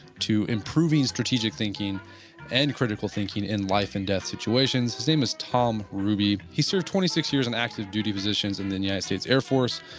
to improving strategic thinking and critical thinking in life and death situations. his name is tom ruby. he served twenty six years in active duty positions in the united states air force,